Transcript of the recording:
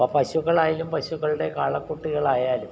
ഇപ്പോള് പശുക്കളായാലും പശുക്കളുടെ കാളക്കുട്ടികളായാലും